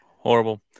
Horrible